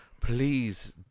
Please